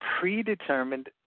predetermined